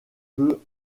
peut